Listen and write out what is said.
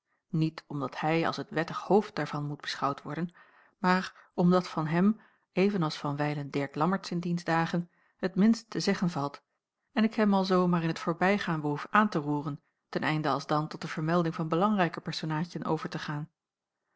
niet omdat hij als het wettig hoofd daarvan moet beschouwd worden maar omdat van hem even als van wijlen dirk lammertsz in diens dagen t minst te zeggen valt en ik hem alzoo maar in t voorbijgaan behoef aan te roeren ten einde alsdan tot de vermelding van belangrijker personaadjen over te gaan